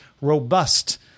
robust